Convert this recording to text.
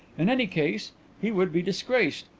in any case he would be disgraced,